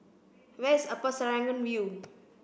where is Upper Serangoon View